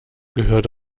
gehört